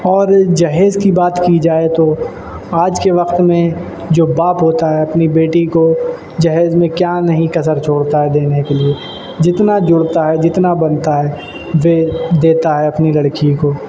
اور جہیز کی بات کی جائے تو آج کے وقت میں جو باپ ہوتا ہے اپنی بیٹی کو جہیز میں کیا نہیں کسر چھوڑتا ہے دینے کے لیے جتنا جڑتا ہے جتنا بنتا ہے وہ دیتا ہے اپنی لڑکی کو